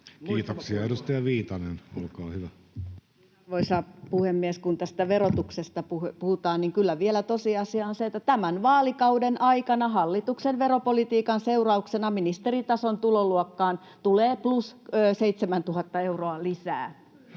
Time: 16:37 Content: Arvoisa puhemies! Kun tästä verotuksesta puhutaan, niin kyllä vielä tosiasia on se, että tämän vaalikauden aikana hallituksen veropolitiikan seurauksena ministeritason tuloluokkaan tulee plus 7 000 euroa lisää.